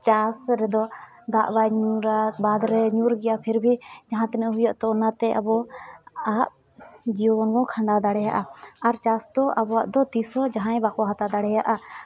ᱪᱟᱥᱨᱮᱫᱚ ᱫᱟᱜ ᱵᱟᱭ ᱧᱩᱨᱟ ᱵᱟᱸᱫᱽᱨᱮ ᱧᱩᱨ ᱜᱮᱭᱟ ᱯᱷᱤᱨ ᱵᱷᱤ ᱡᱟᱦᱟᱸ ᱛᱤᱱᱟᱹᱜ ᱦᱩᱭᱩᱜᱼᱟ ᱛᱳ ᱚᱱᱟᱛᱮ ᱟᱵᱚᱣᱟᱜ ᱡᱤᱭᱚᱱᱵᱚ ᱠᱷᱟᱸᱰᱟᱣ ᱫᱟᱲᱮᱭᱟᱜᱼᱟ ᱟᱨ ᱪᱟᱥᱫᱚ ᱟᱵᱚᱣᱟᱫᱚ ᱛᱤᱥᱦᱚᱸ ᱡᱟᱦᱟᱸᱭ ᱵᱟᱠᱚ ᱦᱟᱛᱟᱣ ᱫᱟᱲᱮᱭᱟᱜᱼᱟ